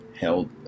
held